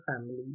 family